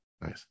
Nice